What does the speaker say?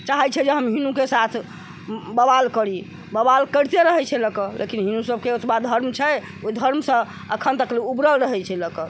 चाहै छै जे हम हिन्दू के साथ बवाल करी बवाल करीते रहै छै लए क लेकिन हिन्दू सबके ओतबा धर्म छै ओहि धर्म सँ अखन तक उबरल रहै छै लए क